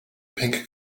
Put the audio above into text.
pink